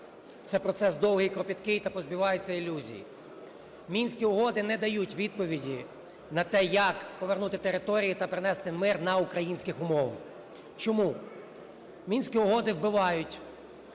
це процес довгий, кропіткий, та позбуваються ілюзій. Мінські угоди не дають відповіді на те як повернути території та принести мир на українських умовах. Чому? Мінські угоди вбивають.